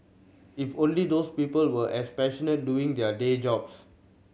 if only those people were as passionate doing their day jobs